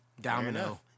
domino